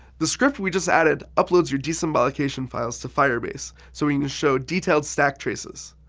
the script we just added uploads your dsym allocation files to firebase so we can just show detailed stack traces.